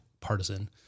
partisan